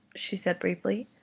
she said briefly.